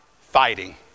fighting